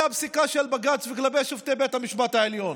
הפסיקה של בג"ץ וכלפי שופטי בית המשפט העליון.